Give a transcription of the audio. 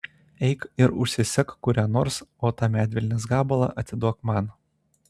eik ir užsisek kurią nors o tą medvilnės gabalą atiduok man